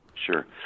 Sure